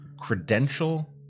credential